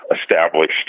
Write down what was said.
established